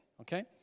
Okay